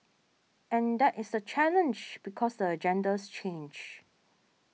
and that is the challenge because the agendas change